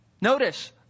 Notice